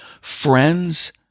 friends